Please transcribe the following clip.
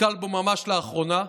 נתקל בו ממש לאחרונה: